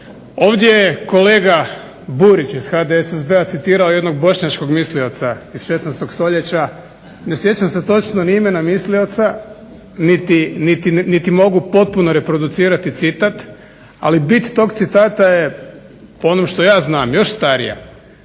Ovdje je kolega Burić iz HDSSB-a citirao jednog bošnjačkog mislioca iz 16.stoljeća ne sjećam se točno ni imena mislioca niti mogu potpuno reproducirati citat, ali bit tog citata po onom što ja znam još starija.